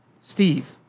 Steve